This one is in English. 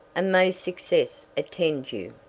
and may success attend you!